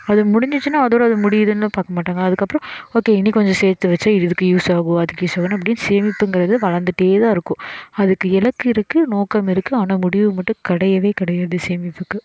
அது முடிஞ்சுச்சினா அதோடு முடியுதுன்னு பார்க்க மாட்டாங்க அதுக்கப்புறம் ஓகே இனி கொஞ்சம் சேர்த்து வைச்சா இது இதுக்கு யூஸ் ஆகும் அதுக்கு யூஸ் ஆகும் அப்படின்னு சேமிப்புங்கிறது வளர்ந்துட்டேதான் இருக்கும் அதுக்கு இலக்கு இருக்குது நோக்கம் இருக்குது ஆனால் முடிவு மட்டும் கிடையவே கிடையாது சேமிப்புக்கு